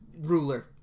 ruler